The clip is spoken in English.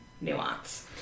nuance